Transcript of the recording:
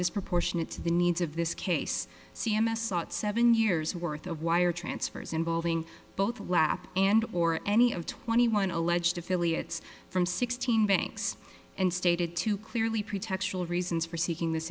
disproportionate to the needs of this case c m s sought seven years worth of wire transfers involving both lap and or any of twenty one alleged affiliates from sixteen banks and stated to clearly pretextual reasons for seeking this